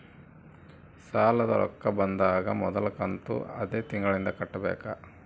ಸಾಲದ ರೊಕ್ಕ ಬಂದಾಗ ಮೊದಲ ಕಂತನ್ನು ಅದೇ ತಿಂಗಳಿಂದ ಕಟ್ಟಬೇಕಾ?